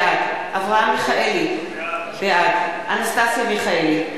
בעד אברהם מיכאלי, בעד אנסטסיה מיכאלי,